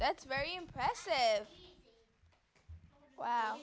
that's very impressive wow